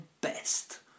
best